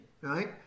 right